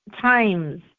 times